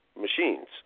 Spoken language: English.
machines